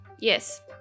Yes